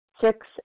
Six